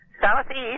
southeast